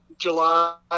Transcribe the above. July